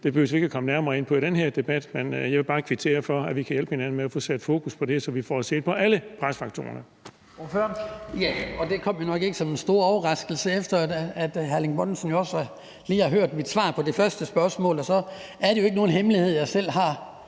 Det behøver vi ikke at komme nærmere ind på i den her debat, men jeg vil bare kvittere for, at vi kan hjælpe hinanden med at få sat fokus på det, så vi får set på alle presfaktorerne.